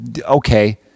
okay